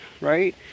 right